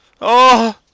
Oh